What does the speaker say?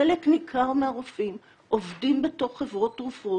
חלק ניכר מהרופאים עובדים בתוך חברות תרופות